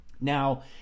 now